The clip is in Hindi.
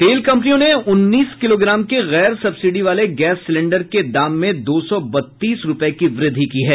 तेल कंपनियों ने उन्नीस किलोग्राम के गैर सब्सिडी वाले गैस सिलेंडर के दाम में दो सौ बत्तीस रूपये की वृद्धि की है